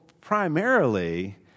primarily